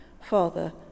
Father